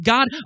God